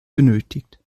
benötigt